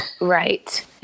Right